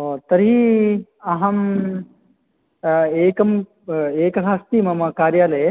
ओ तर्हि अहं एकम् एकः अस्ति मम कार्यालये